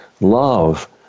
Love